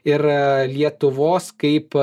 ir lietuvos kaip